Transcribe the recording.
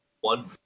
one